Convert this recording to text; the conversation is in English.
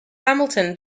hamilton